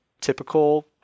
typical